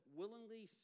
willingly